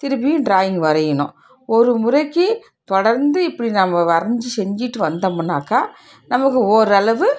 திரும்பி ட்ராயிங் வரையணும் ஒரு முறைக்கு தொடர்ந்து இப்படி நம்ம வரைஞ்சி செஞ்சுட்டு வந்தோம்னாக்கா நமக்கு ஓரளவு